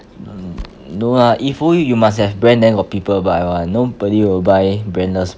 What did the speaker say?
no no no lah 衣服 you must have brand then got people buy [one] nobody will brandless